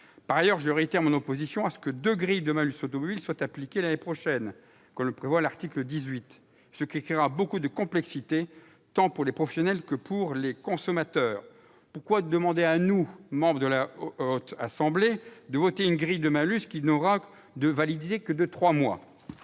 Par ailleurs, je réitère mon opposition à ce que deux grilles de malus automobile soient appliquées l'année prochaine, comme le prévoit l'article 18, ce qui créera beaucoup de complexité, tant pour les professionnels que pour les consommateurs. Pourquoi demander aux membres de la Haute Assemblée d'approuver une grille de malus qui ne sera valide que trois mois ?